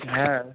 হ্যাঁ